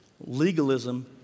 Legalism